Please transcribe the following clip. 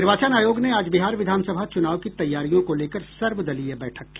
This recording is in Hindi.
निर्वाचन आयोग ने आज बिहार विधान सभा चुनाव की तैयारियों को लेकर सर्वदलीय बैठक की